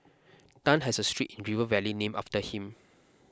Tan has a street in River Valley named after him